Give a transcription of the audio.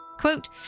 Quote